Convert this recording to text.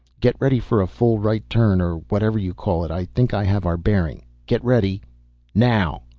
get ready for a full right turn, or whatever you call it. i think i have our bearing. get ready now.